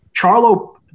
Charlo